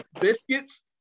biscuits